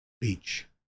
Beach